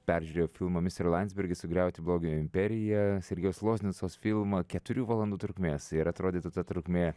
peržiūrėjau filmą mister landsbergis sugriauti blogio imperiją iljos loznicos filmą keturių valandų trukmės ir atrodytų ta trukmė